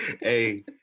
Hey